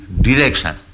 direction